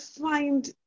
find